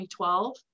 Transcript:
2012